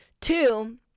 Two